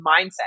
mindset